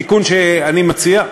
התיקון שאני מציע,